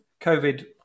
COVID